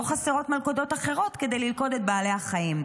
לא חסרות מלכודות אחרות ללכוד את בעלי החיים.